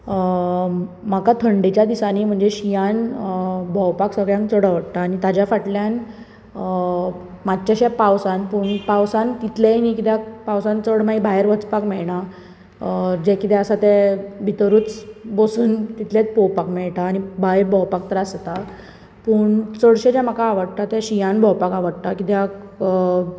म्हाका थंडेच्या दिसांनी म्हणजें शिंयान भोंवपाक सगळ्यांत चड आवडटा ताज्या फाटल्यान मातशें अशें पावसान पूण पावसान तितलेंय न्ही कित्याक पावसान चड अशें भायर वचपाक मेळना जे किदें आसा ते भितरुंच बोसून तितलेंच पळोवपाक मेळटा आनी भायर भोंवपाक त्रास जाता पूण चडशें जे म्हाका आवडटा तें शिंयान भोंवपाक आवडटा कित्याक